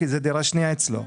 כי זו הדירה השנייה שלו.